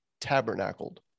tabernacled